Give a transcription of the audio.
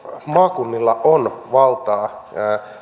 maakunnilla on valtaa